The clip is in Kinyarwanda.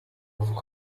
avuga